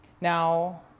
Now